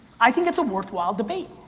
i think it's a worthwhile debate.